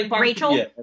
Rachel